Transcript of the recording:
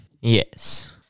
Yes